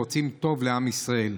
רוצים טוב לעם ישראל,